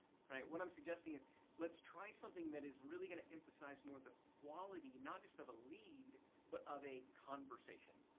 what i'm suggesting is let's try something that is really gonna emphasize more the quality not just of a lead but of a conversation.